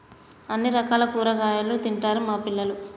అన్ని రకాల కూరగాయలు తింటారు మా పిల్లలు